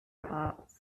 parts